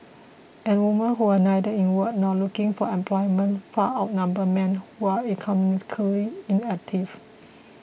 and woman who are neither in work nor looking for employment far outnumber men who are economically inactive